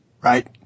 Right